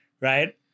right